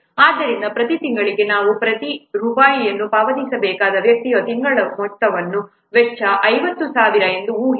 ಆದ್ದರಿಂದ ಪ್ರತಿ ತಿಂಗಳಿಗೆ ನಾವು ಪ್ರತಿ ರೂಪಾಯಿಯನ್ನು ಪಾವತಿಸಬೇಕಾದ ವ್ಯಕ್ತಿಯ ತಿಂಗಳ ವೆಚ್ಚ 50000 ಎಂದು ಊಹಿಸಿ